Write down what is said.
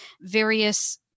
various